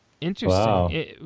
interesting